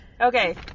okay